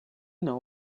know